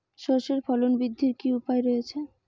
সর্ষের ফলন বৃদ্ধির কি উপায় রয়েছে?